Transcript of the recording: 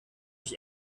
mich